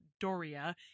Doria